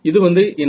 இது வந்து என்ன